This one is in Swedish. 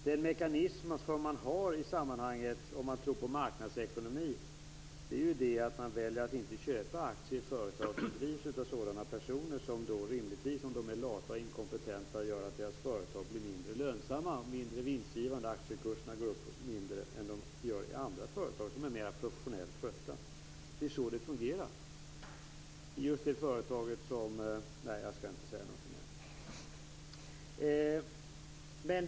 De mekanismer som finns i en marknadsekonomi är att man väljer att inte köpa aktier i företag som drivs av sådana lata och inkompetenta personer som gör att deras företag blir mindre lönsamma, mindre vinstgivande och att aktiekurserna går upp mindre än i andra företag som är mera professionellt skötta.